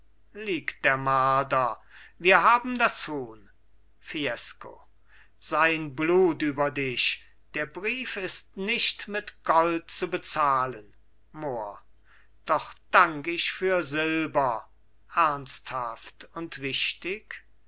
liegt der marder wir haben das huhn fiesco sein blut über dich der brief ist nicht mit gold zu bezahlen mohr doch dank ich für silber ernsthaft und wichtig